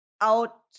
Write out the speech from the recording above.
out